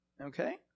Okay